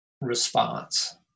response